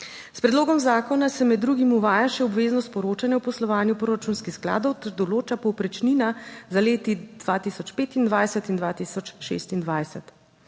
S predlogom zakona se med drugim uvaja še obveznost poročanja o poslovanju proračunskih skladov ter določa povprečnina za leti 2025 in 2026.